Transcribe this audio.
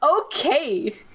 Okay